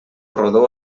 rodó